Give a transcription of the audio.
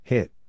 Hit